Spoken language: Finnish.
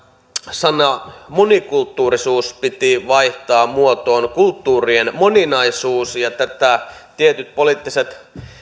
sana monikulttuurisuus piti vaihtaa muotoon kulttuurien moninaisuus ja tätä tietyt poliittiset